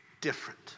different